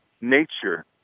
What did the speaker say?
nature